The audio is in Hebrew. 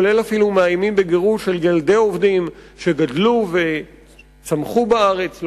אפילו מאיימים בגירוש של ילדי עובדים שגדלו וצמחו בארץ,